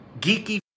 geeky